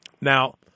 Now